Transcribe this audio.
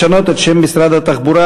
לשנות את שם משרד התחבורה,